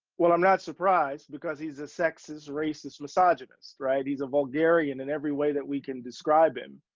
well, i'm not surprised because he's a sexist, racist, misogynist, right? he's a vulgarian in every way that we can describe him.